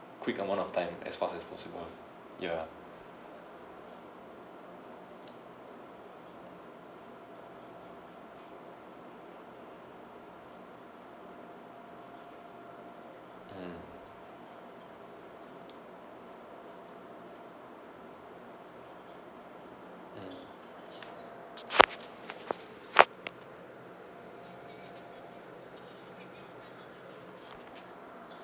quick amount of time as fast as possible ya mm mm